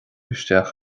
isteach